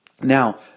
Now